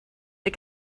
det